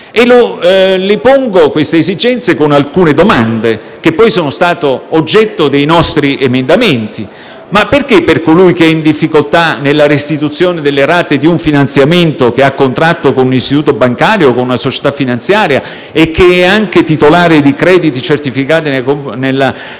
Evidenzio queste esigenze, ponendo alcune domande, che poi sono state oggetto dei nostri emendamenti: perché per colui che è in difficoltà nella restituzione delle rate di un finanziamento, che ha contratto con un istituto bancario o con una società finanziaria, e che è anche titolare di crediti certificati nei confronti